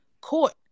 court